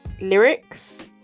lyrics